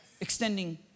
extending